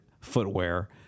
footwear